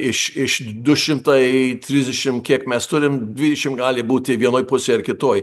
iš iš du šimtai trisdešim kiek mes turim dvidešim gali būti vienoj pusėj ar kitoj